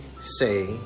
say